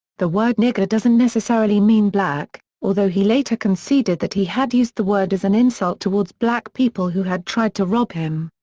the word nigger doesn't necessarily mean black, although he later conceded that he had used the word as an insult towards black people who had tried to rob him.